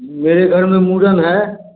मेरे घर में मुरन है